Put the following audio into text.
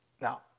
Now